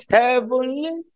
heavenly